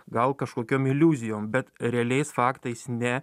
gal kažkokiom iliuzijom bet realiais faktais ne